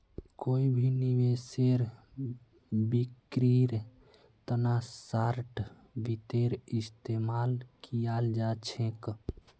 कोई भी निवेशेर बिक्रीर तना शार्ट वित्तेर इस्तेमाल कियाल जा छेक